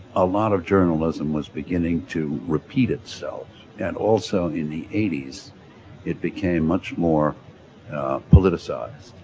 a lot of journalism was beginning to repeat itself and also in the eighty s it became much more politicized.